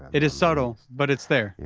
it is subtle, but it's there.